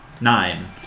Nine